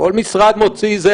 כל משרד מוציא מידע.